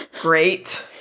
great